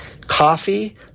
coffee